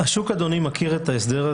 אבל אם אני משווה את הכמויות שאושרו כאן,